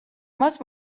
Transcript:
მას